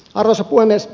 arvoisa puhemies